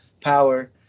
power